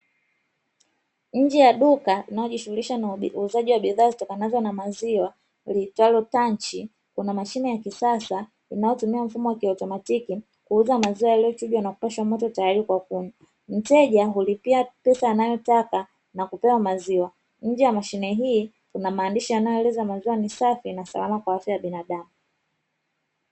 Nje ya duka linayojishughulisha na uuzaji wa bidhaa zitokanazo na maziwa liitwalo tanchi kuna mashine ya kisasa inayotumia mfumo wa kiautomatiki kuuza maziwa yote hiyo na kupashwa moto tayari. mteja hulipia pesa anayotaka na kupewa maziwa nje ya mashine hii kuna maandishi yanayoeleza majani safi na salama kwa afya ya binadamu.